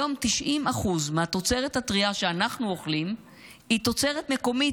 היום 90% מהתוצרת הטרייה שאנחנו אוכלים היא תוצרת מקומית,